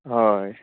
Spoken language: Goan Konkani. हय